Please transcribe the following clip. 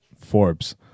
Forbes